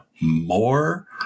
more